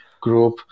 group